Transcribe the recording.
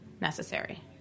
necessary